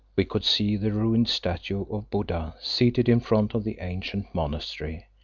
we could see the ruined statue of buddha seated in front of the ancient monastery,